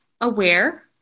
aware